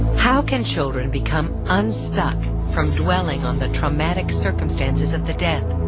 how can children become unstuck from dwelling on the traumatic circumstances of the death?